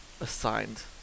assigned